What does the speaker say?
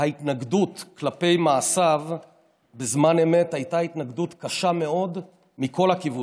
ההתנגדות כלפי מעשיו בזמן אמת הייתה התנגדות קשה מאוד מכל הכיוונים.